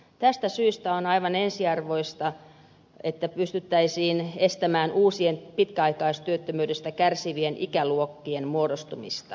tästä syystä on aivan ensiarvoista että pystyttäisiin estämään uusien pitkäaikaistyöttömyydestä kärsivien ikäluokkien muodostumista